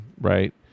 right